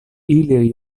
ili